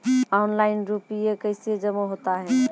Online रुपये कैसे जमा होता हैं?